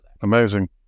Amazing